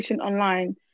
online